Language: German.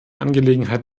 angelegenheit